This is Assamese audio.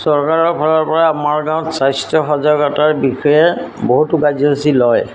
চৰকাৰৰ ফালৰ পৰা আমাৰ গাঁৱত স্বাস্থ্য সজাগতাৰ বিষয়ে বহুতো কাৰ্য্য়সূচী লয়